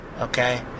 okay